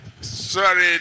sorry